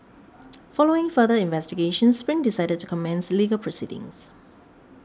following further investigations Spring decided to commence legal proceedings